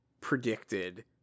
predicted